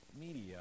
media